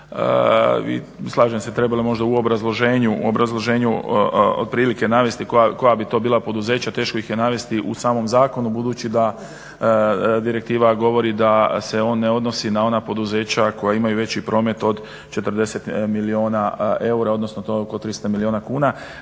Slažem se, trebalo je možda u obrazloženju otprilike navesti koja bi to bila poduzeća. Teško ih je navesti u samom zakonu budući da direktiva govori da se on ne odnosi na ona poduzeća koja imaju veći promet od 40 milijuna eura, odnosno to je oko 300 milijuna kuna